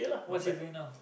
what's he doing now